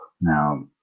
now